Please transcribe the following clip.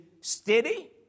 steady